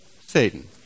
Satan